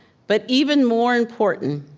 but even more important,